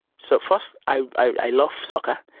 so first i love soccer,